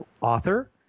author